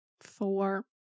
four